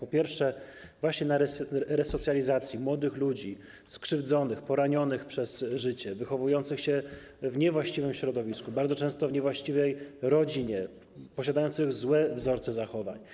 Z jednej strony właśnie na resocjalizacji młodych ludzi, skrzywdzonych, poranionych przez życie, wychowujących się w niewłaściwym środowisku, bardzo często w niewłaściwej rodzinie, posiadających złe wzorce zachowań.